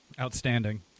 Outstanding